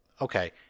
Okay